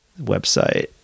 website